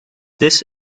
this